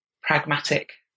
pragmatic